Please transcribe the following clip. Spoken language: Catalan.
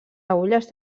agulles